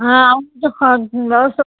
হ্যাঁ ওই তো খাওয়ার ব্যবস্থা